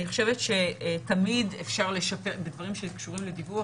אני חושבת שתמיד אפשר לשפר בדברים שקשורים לדיווח,